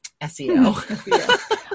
SEO